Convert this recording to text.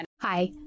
Hi